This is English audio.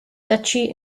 duchy